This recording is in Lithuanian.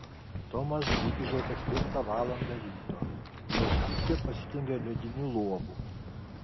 tomas grįžo ketvirtą valandą ryto jo striukė pasidengė lediniu luobu